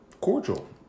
cordial